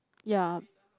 ya